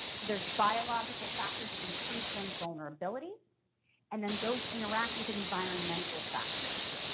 so there's biological factors that increase one's vulnerability and then those interact with environmental factors,